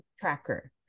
tracker